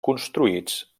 construïts